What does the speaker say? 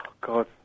God